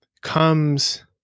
comes